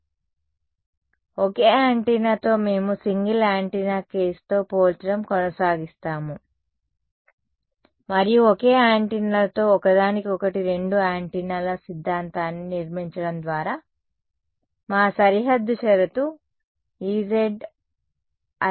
కాబట్టి ఒకే యాంటెన్నాతో మేము సింగిల్ యాంటెన్నా కేస్తో పోల్చడం కొనసాగిస్తాము మరియు ఒకే యాంటెన్నాలతో ఒకదానికొకటి రెండు యాంటెన్నాల సిద్ధాంతాన్ని నిర్మించడం ద్వారా మా సరిహద్దు షరతు Ez iA